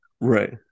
Right